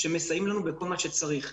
שמסייעים לנו בכל מה שצריך.